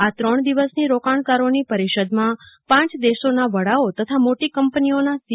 આ ત્રણ દિવસની રોકાણકારોની પરિષદમાં પાંચ દેશોના વડાઓ તથા મોટી કંપનીઓના સી